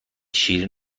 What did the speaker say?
شیرین